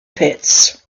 pits